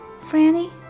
Franny